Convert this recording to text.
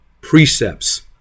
precepts